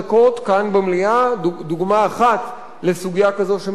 דוגמה אחת לסוגיה כזו שמחפשת תשובה,